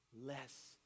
less